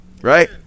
Right